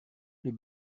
les